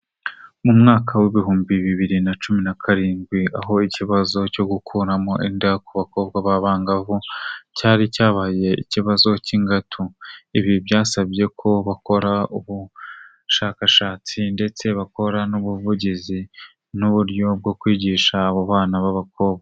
Mu mwaka w'ibihumbi bibiri na cumi na karindwi aho ikibazo cyo gukuramo inda ku bakobwa b'abangavu cyari cyabaye ikibazo cy'ingatu, ibi byasabye ko bakora ubushakashatsi ndetse bakora n'ubuvugizi n'uburyo bwo kwigisha abo bana b'abakobwa.